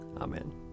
Amen